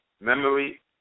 memory